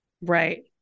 Right